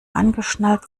angeschnallt